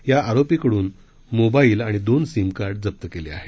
या आरोपी कडून मोबाईल आणि दोन सीम कार्ड जप्त केली आहेत